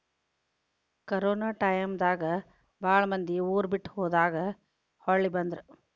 corona time ದಾಗ ಬಾಳ ಮಂದಿ ಊರ ಬಿಟ್ಟ ಹೊದಾರ ಹೊಳ್ಳಿ ಬಂದ್ರ